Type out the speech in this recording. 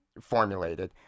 formulated